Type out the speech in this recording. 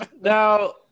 Now